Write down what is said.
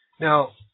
Now